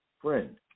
Friend